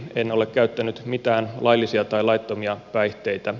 en ole käyttänyt mitään laillisia tai laittomia päihteitä